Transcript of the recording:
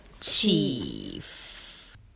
Chief